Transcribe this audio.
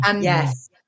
yes